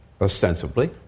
ostensibly